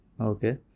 Okay